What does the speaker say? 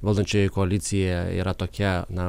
valdančioji koalicija yra tokia na